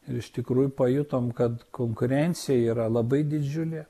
iš tikrųjų pajutom kad konkurencija yra labai didžiulė